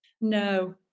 no